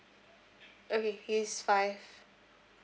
okay he's five